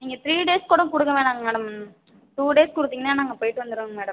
நீங்கள் three days கூட கொடுக்க வேணாங்க மேடம் டூ டேஸ் கொடுத்திங்கனா நாங்கள் போய்விட்டு வந்துருவோங்க மேடம்